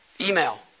Email